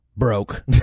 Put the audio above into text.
broke